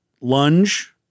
lunge